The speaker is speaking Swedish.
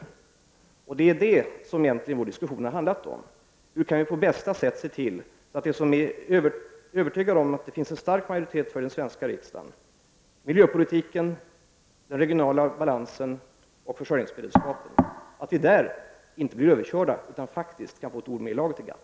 Detta är vad vår diskussion egentligen har handlat om. Hur kan vi på bästa sätt se till att vi i de frågor i vilka det finns en stark enighet i den svenska riksdagen — miljöpolitiken, den regionala balansen och försörjningsberedskapen — inte blir överkörda, utan faktiskt kan få ett ord med i laget i GATT?